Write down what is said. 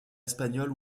espagnols